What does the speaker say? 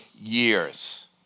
years